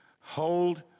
Hold